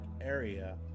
area